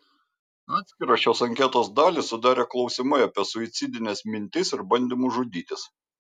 atskirą šios anketos dalį sudarė klausimai apie suicidines mintis ir bandymus žudytis